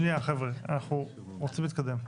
רגע חבר'ה, אנחנו רוצים להתקדם.